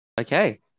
Okay